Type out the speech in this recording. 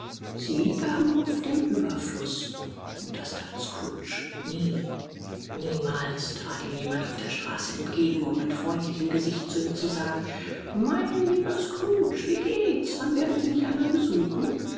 sie gaben oft im ueberfluß und das that scrooge nie niemals trat ihm jemand auf der straße entgegen um mit freundlichem gesicht zu ihm zu sagen mein lieber scrooge wie geht's wann werden sie mich einmal besuchen